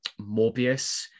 Morbius